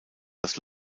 das